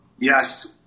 Yes